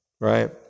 right